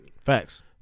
Facts